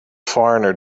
foreigner